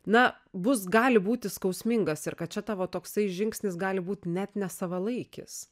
na bus gali būti skausmingas ir kad čia tavo toksai žingsnis gali būt net nesavalaikis